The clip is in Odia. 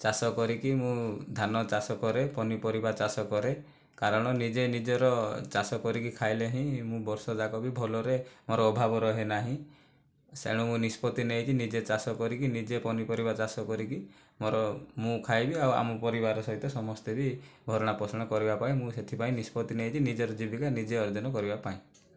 ଚାଷ କରିକି ମୁଁ ଧାନ ଚାଷ କରେ ପନିପରିବା ଚାଷ କରେ କାରଣ ନିଜେ ନିଜର ଚାଷ କରିକି ଖାଇଲେ ହିଁ ମୁଁ ବର୍ଷ ଯାକ ବି ଭଲରେ ମୋର ଅଭାବ ରହେନାହିଁ ସେଣୁ ମୁଁ ନିଷ୍ପତ୍ତି ନେଇଛି ନିଜେ ଚାଷ କରିକି ନିଜେ ପନିପରିବା ଚାଷ କରିକି ମୋର ମୁଁ ଖାଇବି ଆଉ ଆମ ପରିବାର ସହିତ ସମସ୍ତେ ବି ଭରଣପୋଷଣ କରିବା ପାଇଁ ମୁଁ ସେଥିପାଇଁ ନିଷ୍ପତ୍ତି ନେଇଛି ନିଜର ଜୀବିକା ନିଜେ ଅର୍ଜନ କରିବା ପାଇଁ